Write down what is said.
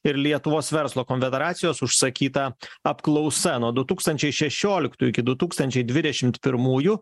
ir lietuvos verslo konfederacijos užsakyta apklausa nuo du tūkstančiai šešioliktų iki du tūkstančiai dvidešim pirmųjų